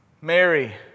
Mary